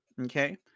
Okay